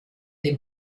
dem